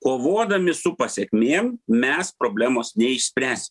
kovodami su pasekmėm mes problemos neišspręsim